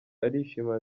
arishima